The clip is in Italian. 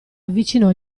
avvicinò